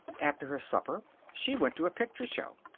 after her supper she went to a picture show.